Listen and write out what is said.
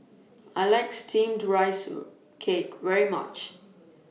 I like Steamed Rice Cake very much